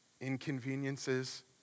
inconveniences